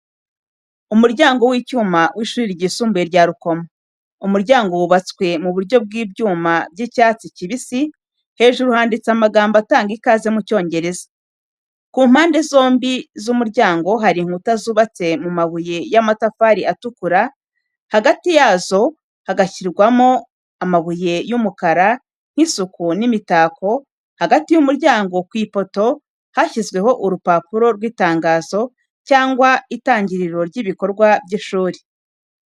Umuryango w’icyuma w’ishuri ryisumbuye rya Rukomo. Umuryango wubatswe mu buryo bw’ibyuma by’icyatsi kibisi, hejuru handitse amagambo atanga ikaze mu Cyongereza. Ku mpande zombi z’umuryango hari inkuta zubatse mu mabuye y’amatafari atukura, hagati yazo hagashyirwamo amabuye y’umukara nk’isuku n’imitako, hagati y’umuryango ku ipoto, hashyizweho urupapuro rw’itangazo cyangwa itangiriro ry’ibikorwa by’ishuri.